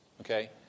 Okay